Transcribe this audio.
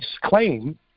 claim